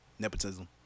Nepotism